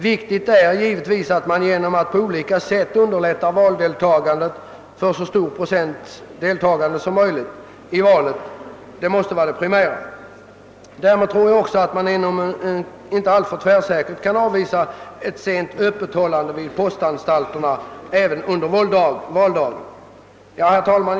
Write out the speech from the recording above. Viktigt är givetvis att man på olika sätt underlättar valdeltagandet för en så stor procentandel av väljarna som möjligt. Det måste vara det primära syftet. Därför kan man inte heller alltför kategoriskt avvisa frågan om ett sent öppethållande vid postanstalterna under valdagen. Herr talman!